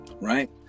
right